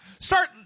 Start